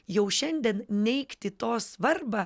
jau šiandien neigti to svarbą